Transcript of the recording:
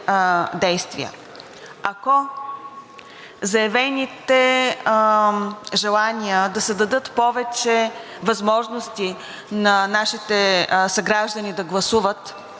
Ако заявените желания да се дадат повече възможности на нашите съграждани да гласуват